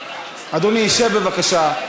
אדוני, שב בבקשה.